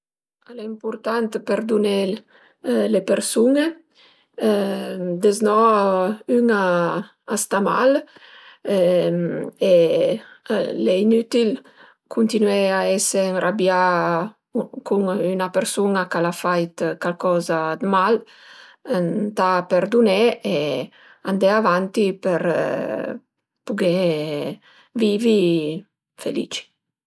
Al e ëmpurtant perduné le persun-e deznò ün a sta mal e al e inütil cuntinué a ese ënrabià cun üna persun-a ch'al a fait calcoza d'mal, ëntà perduné e andé avanti për pughé vivi felici